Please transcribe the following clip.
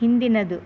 ಹಿಂದಿನದು